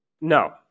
No